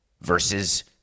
versus